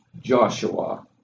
Joshua